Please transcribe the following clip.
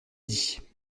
dit